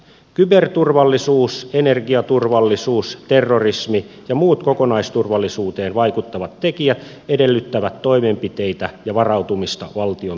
kyberturvallisuus energiaturvallisuus terrorismi ja muut kokonaisturvallisuuteen vaikuttavat tekijät edellyttävät toimenpiteitä ja varautumista valtion toimesta